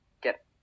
get